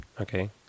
Okay